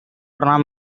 pernah